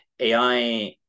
AI